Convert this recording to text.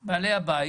שהם בעלי הבית.